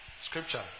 scripture